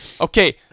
Okay